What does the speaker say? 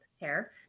hair